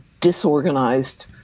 disorganized